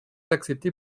acceptée